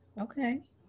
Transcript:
okay